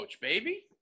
baby